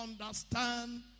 understand